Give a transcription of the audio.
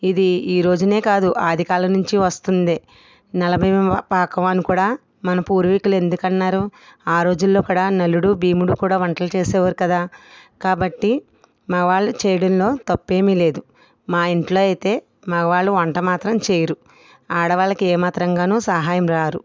ఇది ఈ రోజే కాదు ఆదికాలం నుంచి వస్తుంది నల భీమ పకాన్ని కూడా మన పూర్వీకులు ఎందుకన్నారు ఆ రోజులలో కూడా నలుడు భీముడు కూడా వంటలు చేసేవారు కదా కాబట్టి మగవాళ్ళు చేయడంలో తప్పేమీ లేదు మా ఇంట్లో అయితే మగవాళ్ళు వంట మాత్రం చేయరు ఆడవాళ్ళకు ఏ మాత్రంగా సహాయం రారు